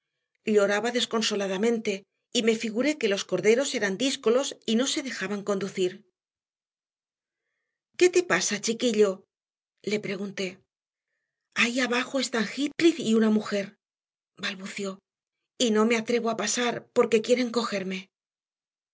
lloraba desconsoladamente y me figuré que los corderos eran díscolos y no se dejaban conducir qué te pasa chiquillo le pregunté ahí abajo están heathcliff y una mujer balbució y no me atrevo a pasar porque quieren cogerme